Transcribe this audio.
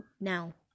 now